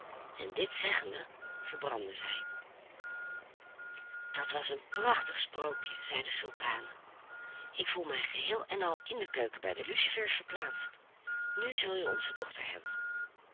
en dit zeggende verbrandden zij dat was een prachtig sprookje zei de sultane ik voel mij geheel en al in de keuken bij de lucifers verplaatst nu zul je onze dochter hebben